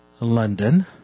London